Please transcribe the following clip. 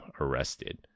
arrested